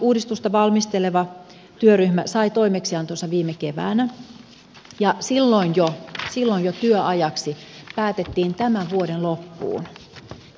uudistusta valmisteleva työryhmä sai toimeksiantonsa viime keväänä ja silloin jo silloin jo työajaksi päätettiin tämän vuoden loppu